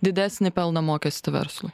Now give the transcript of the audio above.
didesnį pelno mokestį verslui